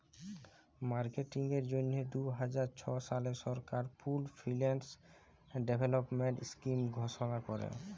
মার্কেটিংয়ের জ্যনহে দু হাজার ছ সালে সরকার পুল্ড ফিল্যাল্স ডেভেলপমেল্ট ইস্কিম ঘষলা ক্যরে